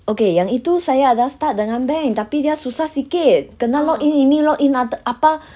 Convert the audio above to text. okay yang itu saya ada start dengan bank tapi dia susah sikit kena log in ini log in oth~ apa